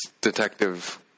detective